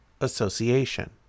association